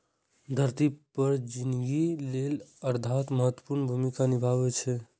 धरती पर जिनगी लेल आर्द्रता महत्वपूर्ण भूमिका निभाबै छै